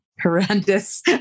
horrendous